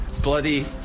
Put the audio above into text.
Bloody